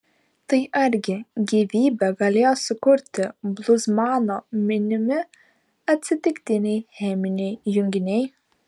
tai argi gyvybę galėjo sukurti bluzmano minimi atsitiktiniai cheminiai junginiai